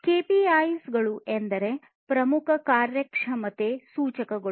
ಕೆಪಿಐಗಳು ಎಂದರೆ ಪ್ರಮುಖ ಕಾರ್ಯಕ್ಷಮತೆ ಸೂಚಕಗಳು